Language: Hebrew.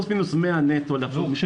100 מיליון נטו פלוס מינוס.